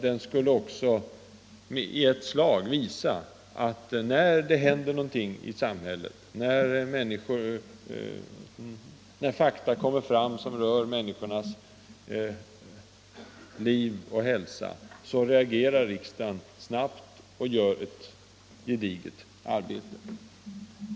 Den skulle också visa att när det händer något i samhället, när fakta kommer fram som rör människornas liv och hälsa, reagerar riksdagen snabbt och gör ett gediget arbete.